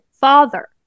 father